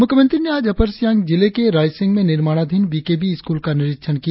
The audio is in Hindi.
मुख्यमंत्री ने आज अपर सियांग जिले के रामसींग में निर्माणाधीन वी के वी स्कूल का निरीक्षण किया